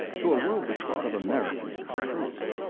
to a world which thought of americans as crude,